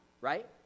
right